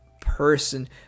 person